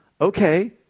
Okay